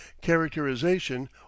characterization